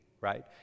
right